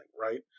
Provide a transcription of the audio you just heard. right